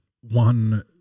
one